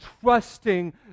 trusting